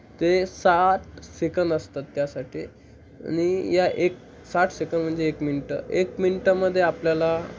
ते सात सेकंड असतात त्यासाठी आणि या एक साठ सेकंड म्हणजे एक मिनटं एक मिनटामध्ये आपल्याला